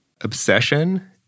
Obsession